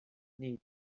nii